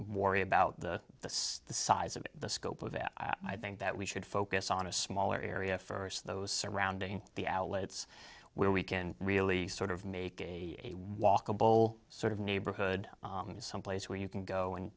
worry about the size of the scope of it i think that we should focus on a smaller area first those surrounding the outlets where we can really sort of make a walkable sort of neighborhood to someplace where you can go and